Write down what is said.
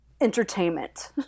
entertainment